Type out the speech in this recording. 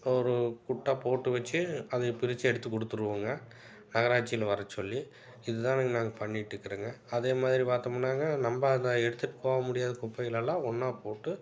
ஒரு குட்டா போட்டு வச்சு அதை பிரித்து எடுத்து கொடுத்துருவோங்க நகராட்சியில் வரச் சொல்லி இது தானுங்க நாங்கள் பண்ணிட்டுக்கறோங்க அதே மாதிரி பார்த்தோமுன்னாங்க நம்ம அதை எடுத்துட்டு போக முடியாத குப்பைகளெல்லாம் ஒன்றாப் போட்டு